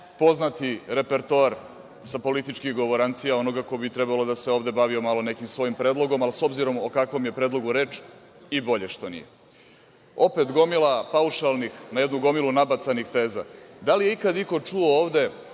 poznati repertoar sa političkih govorancija onoga ko bi trebalo ovde da se bavi o malo nekim svojim predlogom. Ali s obzirom o kakvom je predlogu reč i bolje što nije. Opet gomila paušalnih na jednu gomilu nabacanih teza, da li je ikad i ko čuo ovde